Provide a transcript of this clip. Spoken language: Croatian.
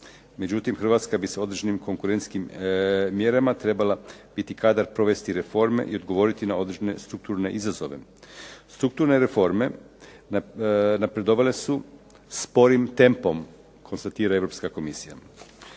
međutim Hrvatska bi sa određenim konkurentskim mjerama trebala biti kadra provesti reforme i odgovoriti na određene strukturne izazove. Strukturne reforme napredovale su sporim tempom, konstatira Europska komisija.